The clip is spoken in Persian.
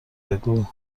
بگو